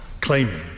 claiming